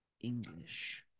English